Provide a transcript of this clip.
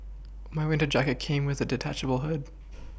my winter jacket came with a detachable hood